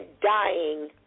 dying